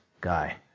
guy